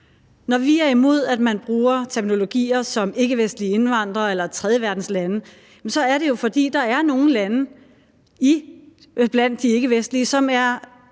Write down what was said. Når vi er imod, at man bruger termer som ikkevestlige indvandrere eller i tredjeverdenslande, er det jo, fordi der er nogle lande blandt de ikkevestlige lande